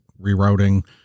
rerouting